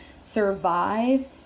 survive